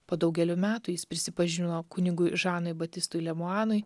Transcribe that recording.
po daugelio metų jis prisipažino kunigui žanui batistui lemuanui